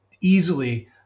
easily